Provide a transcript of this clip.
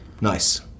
Nice